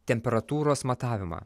temperatūros matavimą